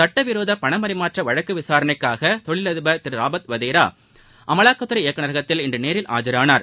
சுட்டவிரோத பண பரிமாற்ற வழக்கு விசாரணைக்காக தொழில் அதிபர் திரு ராபர்ட் வதோ அமலாக்கத்துறை இயக்குநரகத்தில் இன்று நேரில் ஆஜரானார்